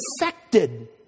infected